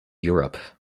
europe